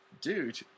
Dude